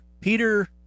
Peter